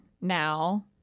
now